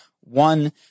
one